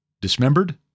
dismembered